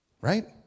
right